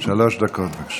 שלוש דקות, בבקשה.